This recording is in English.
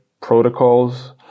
protocols